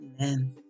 amen